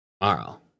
tomorrow